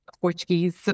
Portuguese